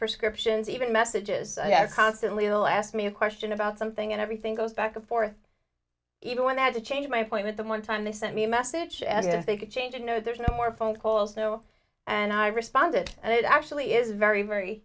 prescriptions even messages that constantly will ask me a question about something and everything goes back and forth even when i had to change my point at the one time they sent me a message as if they could change it no there's no more phone calls no and i responded and it actually is very very